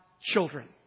children